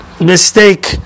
mistake